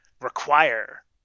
require